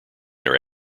their